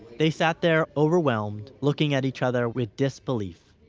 they sat there, overwhelmed, looking at each other with disbelief.